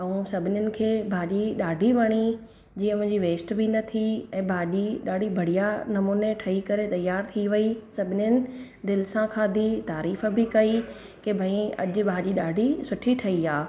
ऐं सभिनीनि खे भाॼी ॾाढी वणी जीअं मुंहिजी वेस्ट बि न थी ऐं भाॼी ॾाढी बढ़िया नमूने ठही करे तयार थी वई सभिनीनि दिलि सां खाधी तारीफ बि कई के भई अॼु भाॼी ॾाढी सुठी ठही आहे